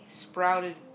sprouted